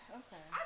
okay